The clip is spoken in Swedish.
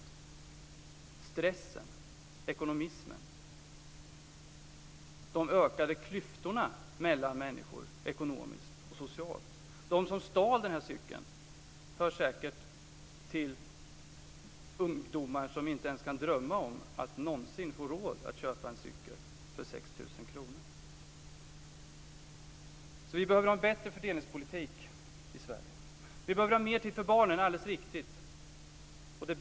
Jag tänker då på stressen, ekonomismen och de ökade klyftorna mellan människor ekonomiskt och socialt. De som stal cykeln hör säkert till de ungdomar som inte ens kan drömma om att någonsin få råd att köpa en cykel för 6 000 kr. Vi behöver alltså en bättre fördelningspolitik i Sverige. Vi behöver ha mer tid för barnen; det är alldeles riktigt.